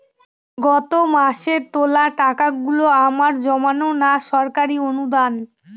গত মাসের তোলা টাকাগুলো আমার জমানো না সরকারি অনুদান?